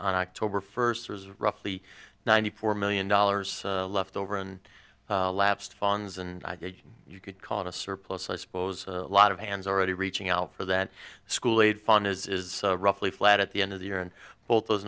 october first roughly ninety four million dollars left over and lapsed funds and i guess you could call it a surplus i suppose a lot of hands already reaching out for that school aid fund is roughly flat at the end of the year and both those